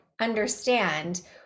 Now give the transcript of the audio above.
understand